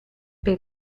per